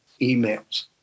emails